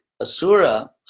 asura